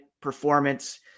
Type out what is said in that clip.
performance